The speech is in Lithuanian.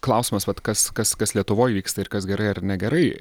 klausimas vat kas kas kas lietuvoje vyksta ir kas gerai ar negerai